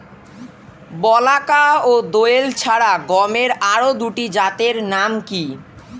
বলাকা ও দোয়েল ছাড়া গমের আরো দুটি জাতের নাম কি?